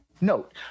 Note